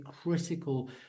critical